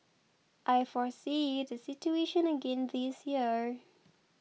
I foresee the situation again this year